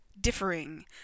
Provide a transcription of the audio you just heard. Differing